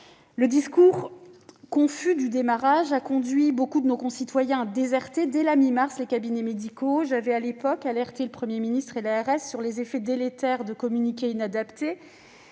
Le discours confus du démarrage a conduit nombre de nos concitoyens à déserter, dès la mi-mars, les cabinets médicaux. J'avais, à l'époque, alerté le Premier ministre et l'ARS sur les effets délétères de communiqués inadaptés